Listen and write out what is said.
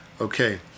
Okay